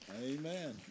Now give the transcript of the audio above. Amen